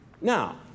Now